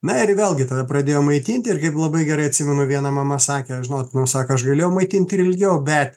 na ir vėlgi tada pradėjo maitinti ir kaip labai gerai atsimenu viena mama sakė žinot nu sako aš galėjau maitint ir ilgiau bet